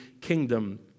kingdom